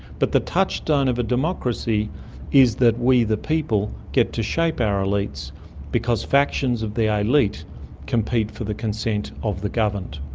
but the touchstone of a democracy is that we the people get to shape our elites because factions of the elite compete for the consent of the governed.